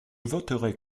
voterai